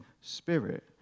spirit